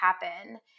happen